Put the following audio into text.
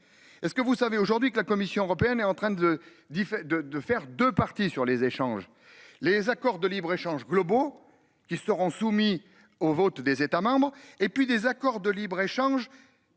Est ce que vous savez aujourd'hui que la Commission européenne est en train de dire de de faire de partis sur les échanges. Les accords de libre-échange globaux qui seront soumis au vote des États membres et puis des accords de libre- échange.